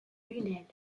lunel